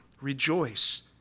rejoice